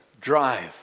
drive